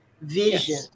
vision